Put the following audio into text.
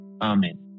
Amen